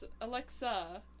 Alexa